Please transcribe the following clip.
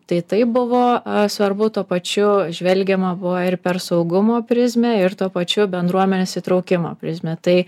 tai tai buvo svarbu tuo pačiu žvelgiama buvo ir per saugumo prizmę ir tuo pačiu bendruomenės įtraukimo prizmę tai